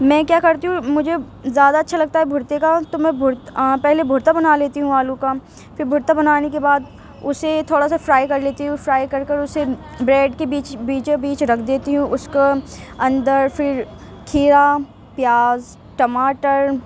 میں کیا کرتی ہوں مجھے زیادہ اچھا لگتا ہے بھرتے کا تو میں بھرتا پہلے بھرتا بنا لیتی ہوں آلو کا پھر بھرتا بنانے کے بعد اسے تھوڑا سا فرائی کر لیتی ہوں فرائی کر کر اسے بریڈ کے بیچ بیچو بیچ رکھ دیتی ہوں اس کو اندر پھر کھیرا پیاز ٹماٹر